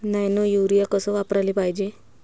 Nano urea कस वापराले पायजे?